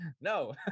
no